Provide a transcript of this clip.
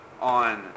on